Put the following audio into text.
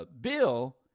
bill